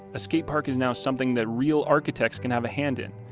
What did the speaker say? a skate park is now something that real architects can have a hand in,